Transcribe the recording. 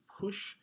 push